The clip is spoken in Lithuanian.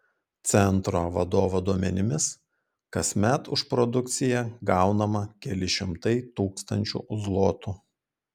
centro vadovo duomenimis kasmet už produkciją gaunama keli šimtai tūkstančių zlotų